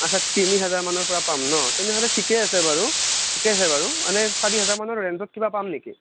তিনি হেজাৰ মানৰ পৰা পাম ন তেনেহ'লে ঠিকে আছে বাৰু ঠিকেই আছে বাৰু এনেই চাৰি হেজাৰমানৰ ৰেঞ্জত কিবা পাম নেকি